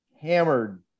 hammered